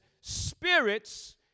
spirits